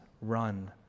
run